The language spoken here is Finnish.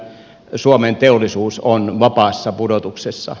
suomen teollisuus on vapaassa pudotuksessa